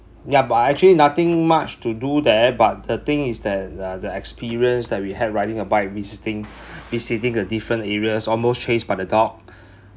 yeah but actually nothing much to do there but the thing is that the the experience that we had riding a bike visiting visiting a different areas almost chased by a dog